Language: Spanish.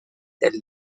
del